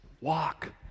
walk